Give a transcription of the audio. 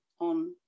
on